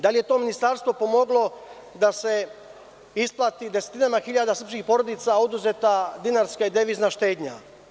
Da li je to ministarstvo pomoglo da se isplati desetinama hiljada srpskih porodica oduzeta dinarska i devizna štednja?